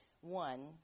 One